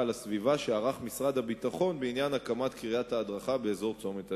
על הסביבה שערך משרד הביטחון בעניין הקמת קריית ההדרכה באזור צומת הנגב.